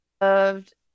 loved